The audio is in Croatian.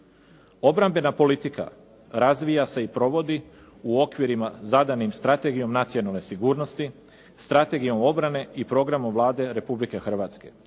Obrambena politika razvija se i provodi u okvirima zadanim Strategijom nacionalne sigurnosti, Strategijom obrane i programom Vlade Republike Hrvatske.